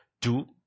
Two